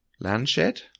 landshed